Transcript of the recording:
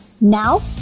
Now